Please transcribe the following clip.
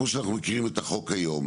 וכמו שאנחנו מכירים את החוק היום,